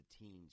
teens